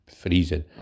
freezing